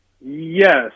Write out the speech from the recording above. Yes